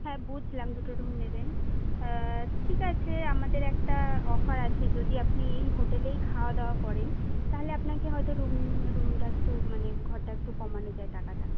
হ্যাঁ বুঝলাম দুটো রুম নেবেন ঠিক আছে আমাদের একটা অফার আছে যদি আপনি এই হোটেলেই খাওয়া দাওয়া করেন তাহলে আপনাকে হয়তো রুম রুমটা একটু মানে ঘরটা একটু কমানো যায় টাকাটা